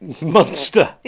Monster